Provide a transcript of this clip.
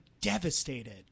devastated